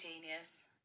genius